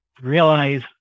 realize